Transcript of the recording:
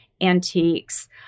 antiques